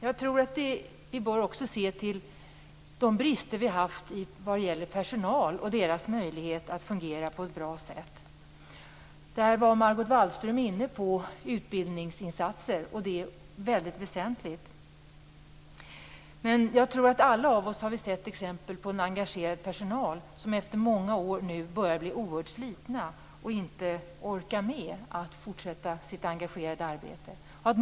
Jag tror att vi också bör se till de brister som funnits vad gäller personal och personalens möjligheter att fungera på ett bra sätt. Margot Wallström var inne på utbildningsinsatser, och det är väldigt väsentligt. Jag tror att alla har sett exempel på en engagerad personal. Men de börjar efter många år att bli oerhört slitna och orkar inte med att fortsätta sitt engagerade arbete.